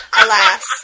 Alas